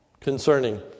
concerning